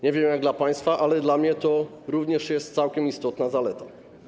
Nie wiem jak dla państwa, ale dla mnie to również jest całkiem istotna zaleta.